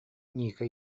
ника